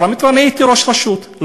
הייתי ראש רשות,